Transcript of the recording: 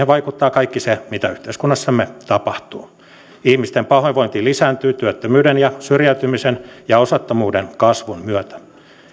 vaikuttaa kaikki se mitä yhteiskunnassamme tapahtuu ihmisten pahoinvointi lisääntyy työttömyyden syrjäytymisen ja osattomuuden kasvun myötä